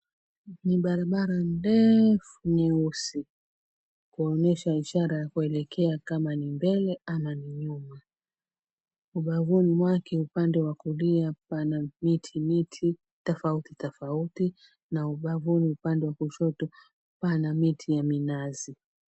Ni barabara ndefu nyeusi, kuonyesha ishara ya kuelekea kama ni mbele ama ni nyuma. Ubavuni mwake upande wa kulia kuna miti tofauti tofauti na ubavuni upande wa kushoto kuna miti ya minazi.